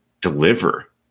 deliver